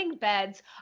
beds